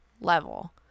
level